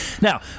Now